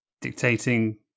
dictating